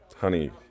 Honey